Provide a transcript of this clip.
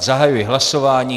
Zahajuji hlasování.